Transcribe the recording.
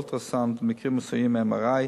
אולטרה-סאונד ובמקרים מסוימים MRI,